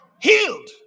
Healed